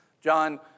John